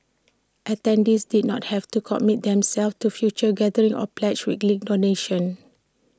attendees did not have to commit themselves to future gatherings or pledge weekly donations